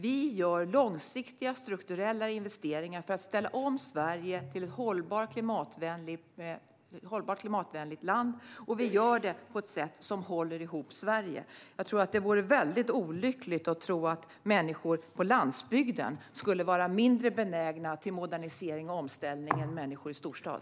Vi gör långsiktiga strukturella investeringar för att ställa om Sverige till ett hållbart, klimatvänligt land, och vi gör det på ett sätt som håller ihop Sverige. Det vore olyckligt att tro att människor på landsbygden skulle vara mindre benägna till modernisering och omställning än människor i storstad.